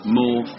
more